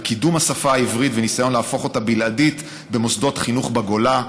על קידום השפה העברית וניסיון להפוך אותה בלעדית במוסדות חינוך בגולה,